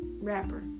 rapper